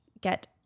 get